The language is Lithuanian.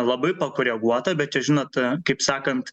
labai pakoreguota bet čia žinot kaip sakant